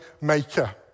maker